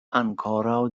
ankoraŭ